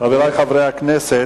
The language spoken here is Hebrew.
חברי חברי הכנסת,